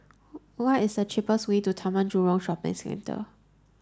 what is the cheapest way to Taman Jurong Shopping Centre